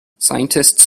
scientists